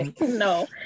no